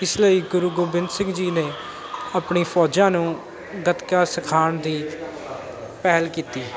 ਇਸ ਲਈ ਗੁਰੂ ਗੋਬਿੰਦ ਸਿੰਘ ਜੀ ਨੇ ਆਪਣੀ ਫੌਜਾਂ ਨੂੰ ਗੱਤਕਾ ਸਿਖਾਉਣ ਦੀ ਪਹਿਲ ਕੀਤੀ